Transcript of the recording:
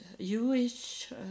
Jewish